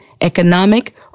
economic